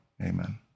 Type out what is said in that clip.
amen